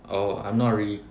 oh I'm not really